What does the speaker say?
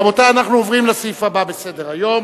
רבותי, אנחנו עוברים לסעיף הבא בסדר-היום,